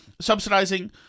subsidizing